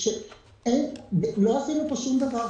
להוסיף, שלא עשינו פה שום דבר חדש.